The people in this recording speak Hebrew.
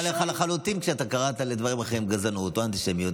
אבל הם חלקו עליך לחלוטין כשאתה קראת לדברים אחרים גזענות או אנטישמיות,